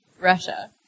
Russia